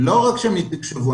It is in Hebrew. לא רק שהם יתוקשבו,